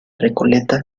recoleta